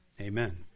amen